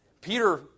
Peter